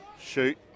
Shoot